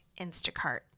Instacart